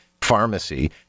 pharmacy